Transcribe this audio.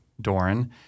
Doran